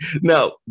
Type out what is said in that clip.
now